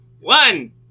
One